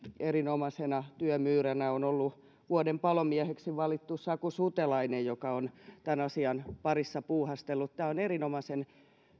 erinomaisena työmyyränä on ollut vuoden palomieheksi valittu saku sutelainen joka on tämän asian parissa puuhastellut tämä on erinomaisen